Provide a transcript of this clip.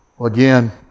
Again